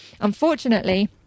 unfortunately